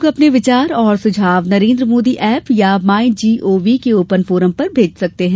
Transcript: लोग अपने विचार और सुझाव नरेन्द्र मोदी ऐप या माई जीओवी के ओपन फोरम पर भेज सकते हैं